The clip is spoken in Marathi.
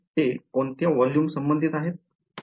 ते कोणत्या व्हॉल्युम संबंधित आहेत